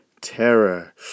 terror